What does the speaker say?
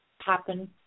happen